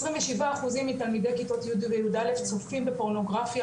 27 אחוזים מתלמידי כיתות י' ויא' צופים בפורנוגרפיה,